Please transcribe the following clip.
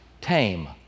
tame